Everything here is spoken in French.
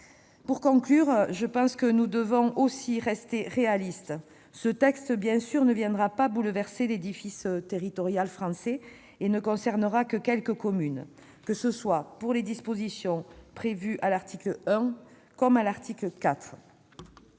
Pour conclure, je pense que nous devons rester réalistes. Ce texte ne viendra pas bouleverser l'édifice territorial français et ne concernera que quelques communes, qu'il s'agisse des dispositions prévues à l'article 1 ou à l'article 4.